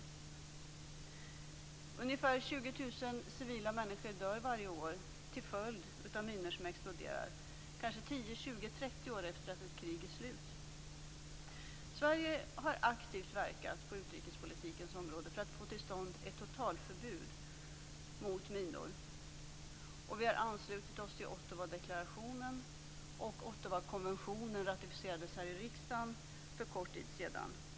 Ungefär 20 000 civila människor dör varje år till följd av minor som exploderar, kanske 10, 20, 30 år efter det att ett krig är slut. Sverige har aktivt verkat på utrikespolitikens område för att få till stånd ett totalförbud mot minor. Vi har anslutit oss till Ottawadeklarationen, och Ottawakonventionen ratificerades här i riksdagen för kort tid sedan.